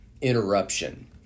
interruption